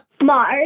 Mars